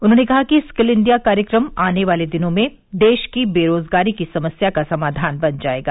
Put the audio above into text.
उन्होंने कहा कि स्किल इंडिया कार्यक्रम आनेवाले दिनों में देश की बेरोजगारी की समस्या का समाधान बन जाएगा